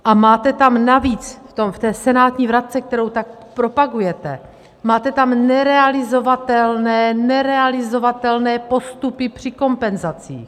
A máte tam navíc v té senátní vratce, kterou tak propagujete, máte tam nerealizovatelné, nerealizovatelné postupy při kompenzacích.